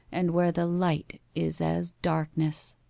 and where the light is as darkness.